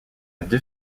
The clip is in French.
deux